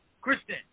Kristen